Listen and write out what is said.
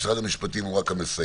משרד המשפטים הוא רק המסייע